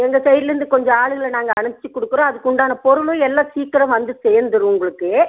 எங்கள் சைட்டிலேருந்து கொஞ்சம் ஆளுங்களை நாங்கள் அனுப்பிச்சி கொடுக்குறோம் அதுக்கு உண்டான பொருளும் எல்லாம் சீக்கிரம் வந்து சேர்ந்துரும் உங்களுக்கு